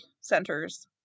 centers